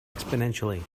exponentially